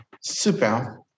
Super